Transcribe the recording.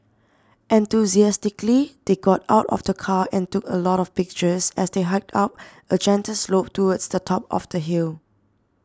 enthusiastically they got out of the car and took a lot of pictures as they hiked up a gentle slope towards the top of the hill